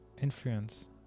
influence